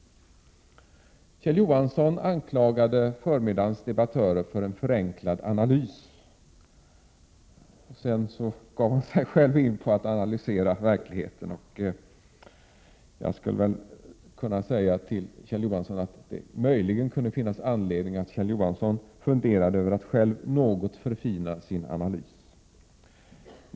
Kjell Johansson anklagade förmiddagens debattörer för att göra en förenklad analys. Sedan gav han sig själv in på att analysera verkligheten. Det skulle möjligen kunna finnas anledning för Kjell Johansson att själv fundera över att något förfina sin analys.